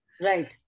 Right